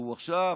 הוא עכשיו